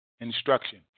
instruction